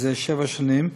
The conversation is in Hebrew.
מזה שבע שנים,